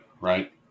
right